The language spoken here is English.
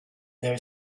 their